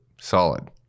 solid